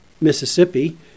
Mississippi